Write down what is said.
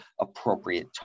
appropriate